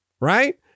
Right